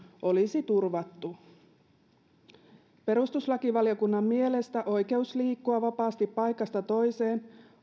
olisi turvattu perustuslakivaliokunnan mielestä oikeus liikkua vapaasti paikasta toiseen